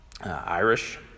Irish